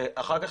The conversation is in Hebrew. אחר כך,